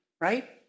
right